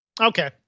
Okay